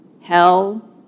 Hell